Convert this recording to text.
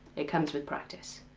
it comes with practice.